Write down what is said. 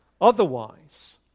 Otherwise